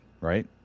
right